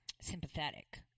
sympathetic